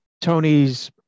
Tony's